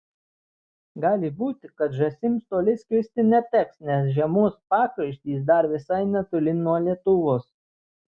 gali būti kad žąsims toli skristi neteks nes žiemos pakraštys dar visai netoli nuo lietuvos